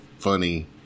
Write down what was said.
Funny